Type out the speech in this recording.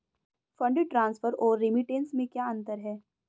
Fund transfer और remittance में क्या अंतर है?